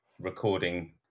recording